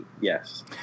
yes